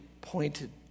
pointed